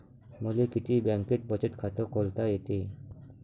मले किती बँकेत बचत खात खोलता येते?